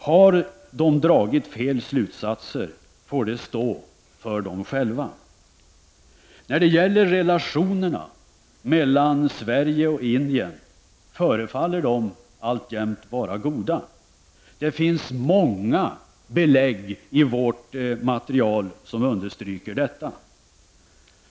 Har de dragit fel slutsatser får det stå för dem själva. Relationerna mellan Sverige och Indien förefaller alltjämt vara goda. Det finns många belägg i vårt materiel som understryker detta.